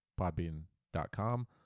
Podbean.com